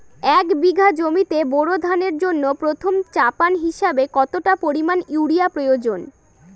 এক বিঘা জমিতে বোরো ধানের জন্য প্রথম চাপান হিসাবে কতটা পরিমাণ ইউরিয়া প্রয়োজন?